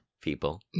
people